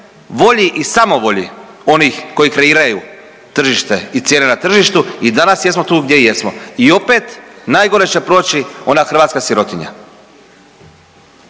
volji i samovolji onih koji kreiraju tržište i cijene na tržištu i danas jesmo tu gdje jesmo. I opet najgore će proći ona hrvatska sirotinja.